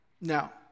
Now